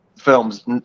films